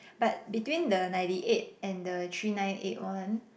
but between the ninety eight and the three nine eight one